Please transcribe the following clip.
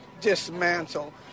dismantle